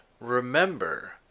remember